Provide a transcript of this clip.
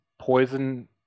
Poison